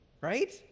right